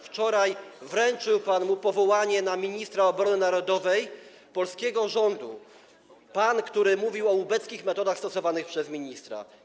Wczoraj wręczył mu pan powołanie na ministra obrony narodowej polskiego rządu - pan, który mówił o ubeckich metodach stosowanych przez ministra.